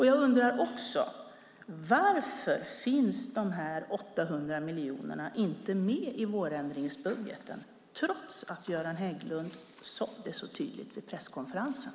Jag undrar också: Varför finns dessa 800 miljoner inte med i vårändringsbudgeten, trots att Göran Hägglund sade det så tydligt vid presskonferensen?